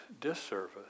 disservice